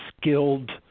skilled